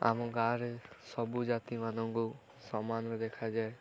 ଆମ ଗାଁରେ ସବୁ ଜାତିମାନଙ୍କୁ ସମାନରେ ଦେଖାଯାଏ